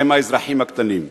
שהם האזרחים הקטנים.